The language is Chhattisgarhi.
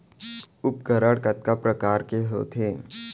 उपकरण कतका प्रकार के होथे?